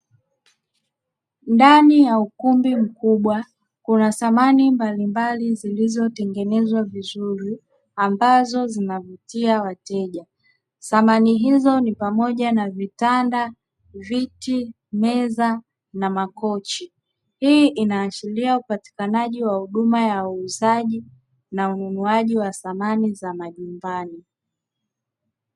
Ndani ya ukumbi mkubwa kuna samani mbalimbali zilizotengenezwa vizuri ambazo zinavutia wateja. Samani hizo ni pamoja na: vitanda, viti, meza na makochi. Hii inaashiria upatikanaji wa huduma ya uuzaji na ununuaji wa samani za majumbani.